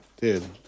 Dude